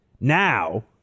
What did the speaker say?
Now